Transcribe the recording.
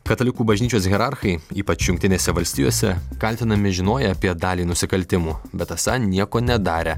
katalikų bažnyčios hierarchai ypač jungtinėse valstijose kaltinami žinoję apie dalį nusikaltimų bet esą nieko nedarę